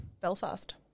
Belfast